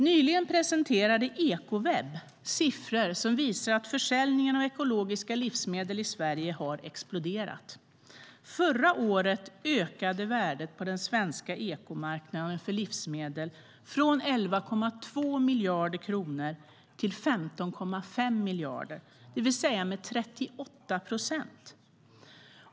Nyligen presenterade Ekoweb siffror som visar att försäljningen av ekologiska livsmedel i Sverige har exploderat. Förra året ökade värdet på den svenska ekomarknaden för livsmedel från 11,2 miljarder kronor till 15,5 miljarder, det vill säga med 38 procent.